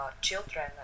children